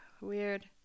Weird